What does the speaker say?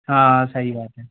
हाँ सही बात है